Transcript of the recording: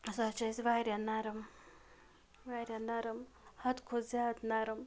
سُہ حظ چھِ اَسہِ واریاہ نَرم واریاہ نَرم حَدٕ کھۄتہٕ زیادٕ نَرم